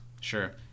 Sure